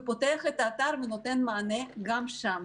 פותחים את האתר ונותנים מענה גם שם.